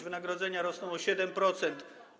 Wynagrodzenia rosną o 7%.